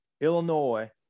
Illinois